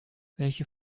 welche